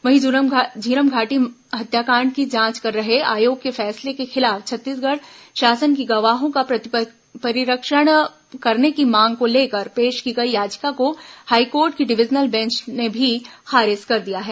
वहीं झीरम घाटी हत्याकांड की जांच कर रहे आयोग के फैसले के खिलाफ छत्तीसगढ़ शासन की गवाहों का प्रतिपरीक्षण करने की मांग को लेकर पेश की गई याचिका को हाईकोर्ट की डिवीजन बेंच ने भी खारिज कर दी है